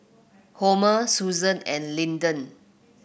Homer Susan and Lyndon